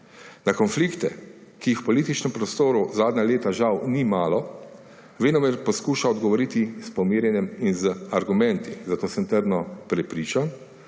Na konflikte, ki jih v političnem prostoru zadnja leta žal ni malo, venomer poskuša odgovoriti s pomirjanjem in z argumenti. Zato sem trdno prepričan,